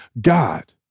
God